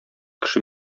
кеше